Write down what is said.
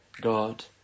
God